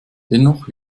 dennoch